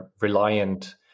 reliant